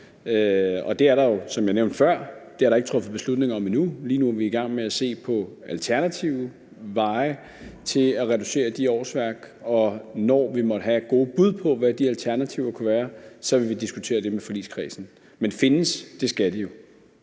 og det er der jo, som jeg nævnte før, ikke truffet beslutning om endnu. Lige nu er vi i gang med at se på alternative veje til at reducere de årsværk, og når vi måtte have gode bud på, hvad de alternativer kunne være, så vil vi diskutere det med forligskredsen. Men findes skal de jo.